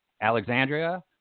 Alexandria